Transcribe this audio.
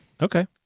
Okay